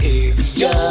area